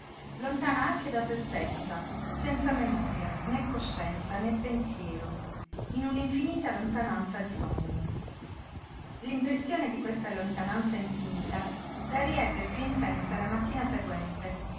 lontana anche da sé stessa senza memoria né coscienza né pensiero in una infinita lontananza di sogno l'impressione di questa lontananza infinita la riebbe piú intensa la mattina seguente